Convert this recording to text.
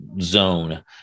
zone